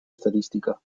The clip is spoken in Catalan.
estadística